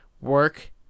work